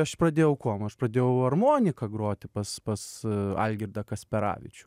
aš pradėjau kuom aš pradėjau armonika groti pas pas algirdą kasperavičių